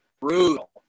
Brutal